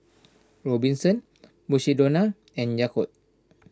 Robinsons Mukshidonna and Yakult